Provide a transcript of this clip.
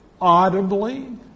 audibly